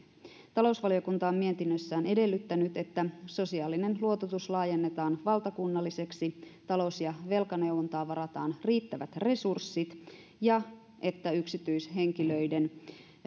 talousvaliokunta on mietinnössään edellyttänyt että sosiaalinen luototus laajennetaan valtakunnalliseksi talous ja velkaneuvontaan varataan riittävät resurssit ja että yksityishenkilöiden